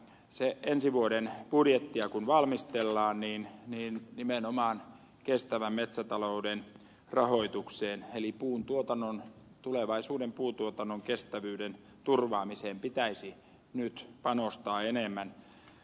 kun ensi vuoden budjettia valmistellaan niin nimenomaan kestävän metsätalouden rahoitukseen eli tulevaisuuden puuntuotannon kestävyyden turvaamiseen pitäisi nyt panostaa enemmän